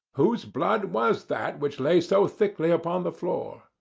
whose blood was that which lay so thickly upon the floor?